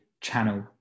channel